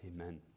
amen